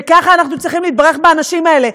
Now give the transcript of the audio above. וככה אנחנו צריכים להתברך באנשים האלה,